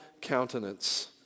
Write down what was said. countenance